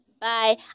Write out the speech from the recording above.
Bye